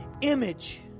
image